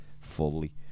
fully